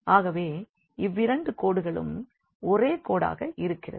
ஆகவே இவ்விரண்டு கோடுகளும் ஒரே கோடாக இருக்கிறது